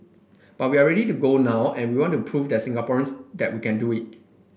but we are ready to go now and we want to prove that Singaporeans that we can do it